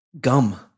gum